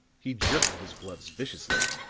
he jerked at his gloves viciously,